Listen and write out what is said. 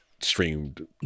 streamed